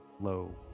low